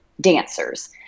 dancers